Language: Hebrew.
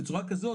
בצורה כזאת,